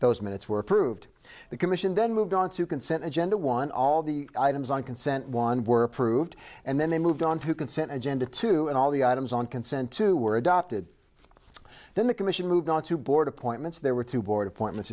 those minutes were approved the commission then moved onto consent agenda one all the items on consent one were approved and then they moved on to consent agenda two and all the items on consent to were adopted then the commission moved on to board appointments there were two board appointment